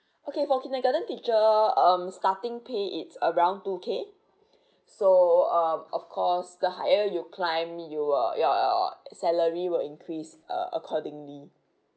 okay for kindergarten teacher um starting pay is around two K so um of course the higher you climb you uh your salary will increase uh accordingly